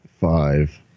Five